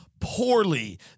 poorly